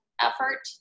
effort